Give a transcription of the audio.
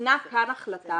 ניתנה כאן החלטה,